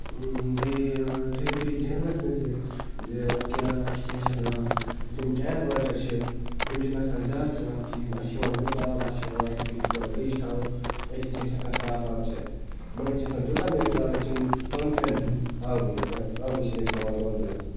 بیٚیہِ تھٲیِو تُہۍ دھیانَس منٛز یہِ زِ کیٛاہ اَسہِ کیٛاہ چھِ اَتھ ناو ییٚلہِ یِم ٹیپ واٹَر چھِ یِم چھِنہٕ آسان زیادٕ صاف کِہیٖنۍ اَتھ چھِ یِوان میٚژِ آب اَتھ چھِ پٮ۪وان اَسہِ گۄڈٕ دٔج تھاوٕنۍ أتی چھِ أسۍ ہٮ۪کان صاف آب چٮ۪تھ مٔنٛزۍ چھِ آسان تیوٗتاہ میٚژ آب أسۍ چھِنہٕ دۄن ترٛٮ۪ن دۄہَن آبٕے آسان آبٕے چھِنہٕ أسۍ چٮ۪وان دۄن ترٛٮ۪ن دۄہَن